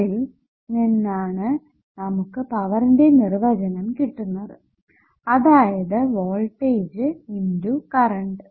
അതിൽ നിന്നാണ് നമുക്ക് പവറിന്റെ നിർവചനം കിട്ടുന്നത് അതായത് വോൾടേജ് × കറണ്ട്